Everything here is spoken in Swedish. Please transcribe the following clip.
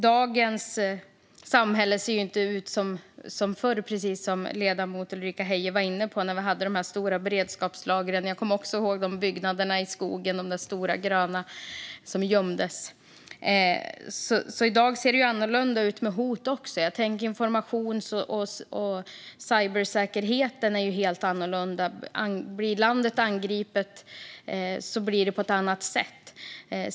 Dagens samhälle ser inte ut som förr, precis som ledamoten Ulrika Heie var inne på. Jag kommer också ihåg beredskapslagren i stora, gröna och lite gömda byggnader. I dag ser hoten annorlunda ut och riktar sig mer mot informations och cybersäkerhet. Landet blir angripet på ett annat sätt.